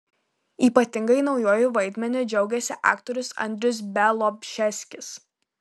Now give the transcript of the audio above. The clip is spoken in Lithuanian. ypatingai naujuoju vaidmeniu džiaugiasi aktorius andrius bialobžeskis